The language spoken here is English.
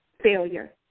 failure